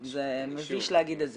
זה מביש להגיד את זה.